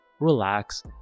relax